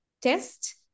test